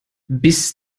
bis